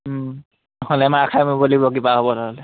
নহ'লে মাৰ খাই মৰিব লাগিব কিবা হ'বলৈ হ'লে